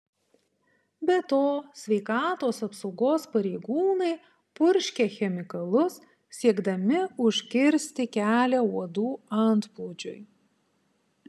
be to sveikatos apsaugos pareigūnai purškia chemikalus siekdami užkirsti kelią uodų antplūdžiui